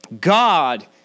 God